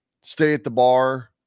stay-at-the-bar